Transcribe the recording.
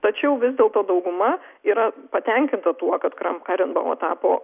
tačiau vis dėlto dauguma yra patenkinta tuo kad kram karenbau tapo